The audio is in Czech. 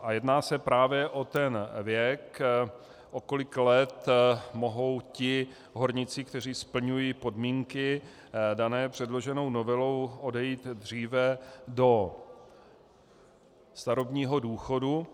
A jedná se právě o věk, o kolik let mohou ti horníci, kteří splňují podmínky dané předloženou novelou, odejít dříve do starobního důchodu.